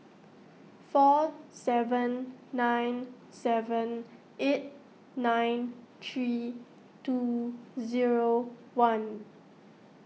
four seven nine seven eight nine three two zero one